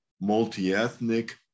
multi-ethnic